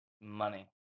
money